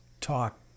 talk